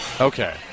Okay